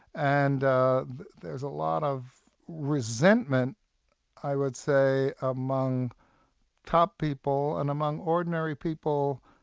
and there's a lot of resentment i would say, among top people and among ordinary people,